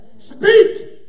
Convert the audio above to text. Speak